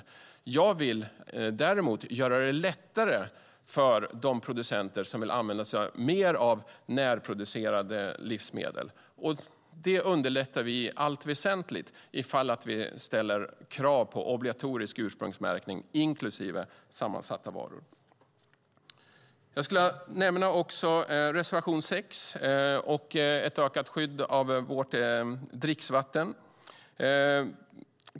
Däremot vill jag göra det lättare för de producenter som vill använda sig av mer närproducerade livsmedel. Det underlättar vi i allt väsentligt om vi ställer krav på obligatorisk ursprungsmärkning även på sammansatta varor. Jag vill också nämna reservation 6 om ett ökat skydd av vårt dricksvatten.